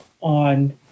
on